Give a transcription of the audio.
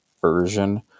version